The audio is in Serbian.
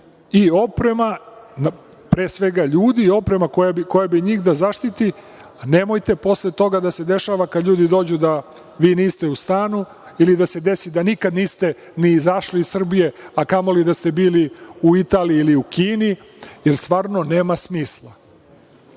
i oprema, pre svega ljudi i oprema koja bi njih da zaštiti. Nemojte posle toga da se dešava, kad ljudi dođu da vi niste u stanu ili da se desi da nikad niste ni izašli iz Srbije, a kamoli da ste bili u Italiji ili u Kini, jer stvarno nema smisla. Nema